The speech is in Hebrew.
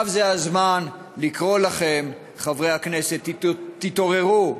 זה הזמן לקרוא לכם, חברי הכנסת, תתעוררו: